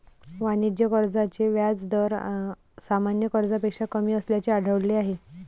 वाणिज्य कर्जाचे व्याज दर सामान्य कर्जापेक्षा कमी असल्याचे आढळले आहे